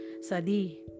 Sadi